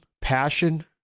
passion